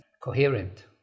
coherent